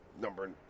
number